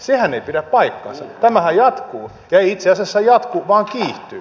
sehän ei pidä paikkaansa tämähän jatkuu ei itse asiassa jatku vaan kiihtyy